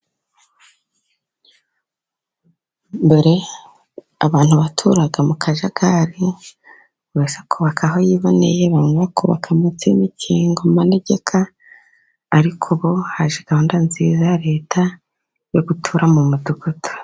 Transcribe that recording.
Mbere abantu baturaga mu kajagari bakajya kubaka aho biboneye bakajya kubaka munsi y'umukingo mu manegeka, ariko ubu haje gahunda nziza ya Leta yo gutura mu mudugudu.